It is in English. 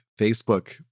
facebook